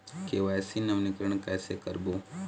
KYC नवीनीकरण कैसे करबो?